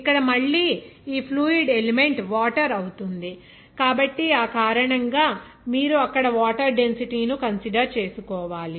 ఇక్కడ మళ్ళీ ఈ ఫ్లూయిడ్ ఎలిమెంట్ వాటర్ అవుతుంది కాబట్టి ఆ కారణంగా మీరు అక్కడ వాటర్ డెన్సిటీ ను కన్సిడర్ చేసుకోవాలి